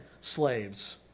slaves